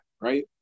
right